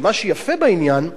ומה שיפה בעניין הזה,